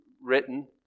written